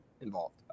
involved